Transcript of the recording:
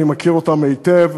אני מכיר אותן היטב,